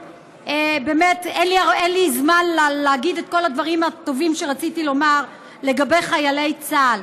אין לי זמן להגיד את כל הדברים הטובים שרציתי לומר לגבי חיילי צה"ל,